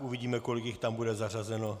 Uvidíme, kolik jich tam bude zařazeno.